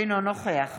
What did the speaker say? אינו נוכח